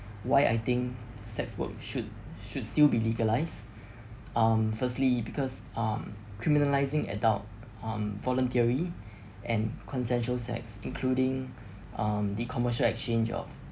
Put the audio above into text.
why I think sex work should should still be legalised um firstly because um criminalising adult um voluntary and consensual sex including um the commercial exchange of